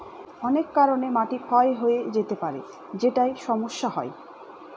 অনেক কারনে মাটি ক্ষয় হয়ে যেতে পারে যেটায় সমস্যা হয়